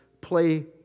play